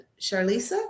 charlisa